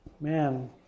man